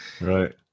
Right